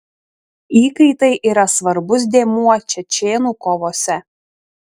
įkaitai yra svarbus dėmuo čečėnų kovose